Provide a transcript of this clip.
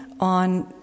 on